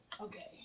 Okay